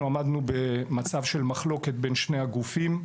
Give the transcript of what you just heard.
אנחנו עמדנו במצב של מחלוקת בין שני הגופים,